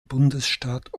bundesstaat